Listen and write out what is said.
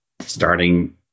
starting